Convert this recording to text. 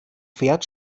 fährt